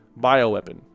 bioweapon